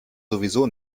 sowieso